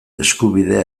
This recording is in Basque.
eskubidea